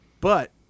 But-